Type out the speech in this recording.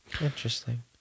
interesting